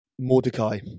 Mordecai